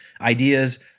ideas